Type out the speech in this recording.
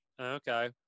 Okay